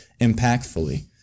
impactfully